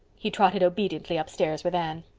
he trotted obediently upstairs with anne.